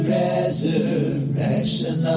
resurrection